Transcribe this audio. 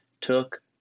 took